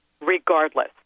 regardless